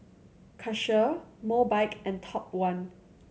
Karcher Mobike and Top One